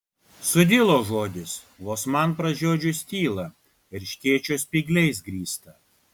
sudilo žodis vos man pražiodžius tylą erškėčio spygliais grįstą